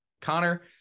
Connor